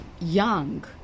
young